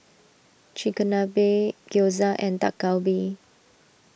Chigenabe Gyoza and Dak Galbi